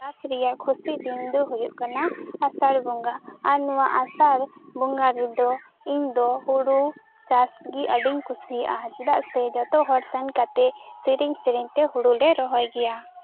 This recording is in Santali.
ᱪᱟᱥ ᱨᱮᱭᱟᱜ ᱠᱷᱩᱥᱤ ᱫᱤᱱ ᱫᱚ ᱦᱩᱭᱩᱜ ᱠᱟᱱᱟ ᱟᱥᱟᱲ ᱵᱚᱸᱜᱟ ᱟᱨ ᱱᱚᱶᱟ ᱟᱥᱟᱲ ᱵᱚᱸᱜᱟ ᱨᱮᱫᱚ ᱤᱧᱫᱚ ᱦᱩᱲᱩ ᱪᱟᱥᱜᱮ ᱟᱹᱰᱤᱧ ᱠᱩᱥᱤᱭᱟᱜᱼᱟ ᱪᱮᱫᱟᱜ ᱥᱮ ᱡᱚᱛᱚ ᱥᱮᱱ ᱠᱟᱛᱮᱫ ᱥᱮᱹᱨᱮᱹᱧ ᱥᱮᱹᱨᱮᱹᱧ ᱛᱮ ᱦᱩᱲᱩ ᱞᱮ ᱨᱚᱦᱚᱭ ᱜᱮᱭᱟ